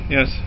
Yes